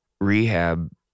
rehab